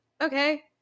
Okay